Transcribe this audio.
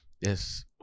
Yes